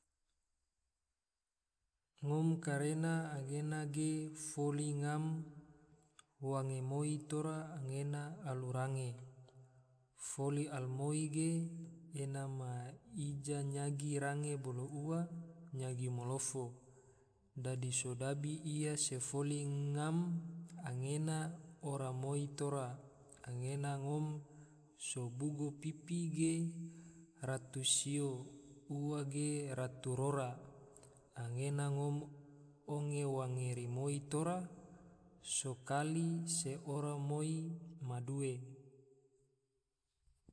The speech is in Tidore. Ngom karena gena ge foli ngam wange moi tora gena ala range, foli ala moi ge ena ma ija nyagi range bolo ua nyagi malofo, dadi sodabi ia se foli ngam, anggena ora moi tora, anggena ngom so bugo pipi ge ratu sio, ua ge ratu rora, anggena ngom onge wange rimoi tora, so kali se ora moi ma due